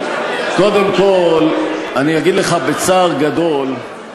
קודם כול אני אגיד לך בצער גדול,